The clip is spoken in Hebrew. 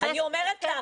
אני אומרת לך,